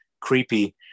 creepy